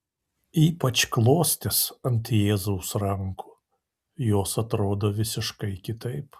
ypač klostės ant jėzaus rankų jos atrodo visiškai kitaip